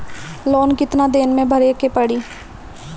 Loan कितना दिन मे भरे के पड़ी?